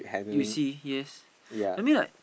you see yes I mean like